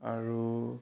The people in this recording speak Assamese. আৰু